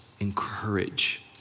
encourage